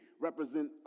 represent